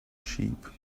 sheep